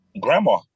Grandma